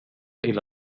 إلى